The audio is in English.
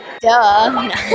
Duh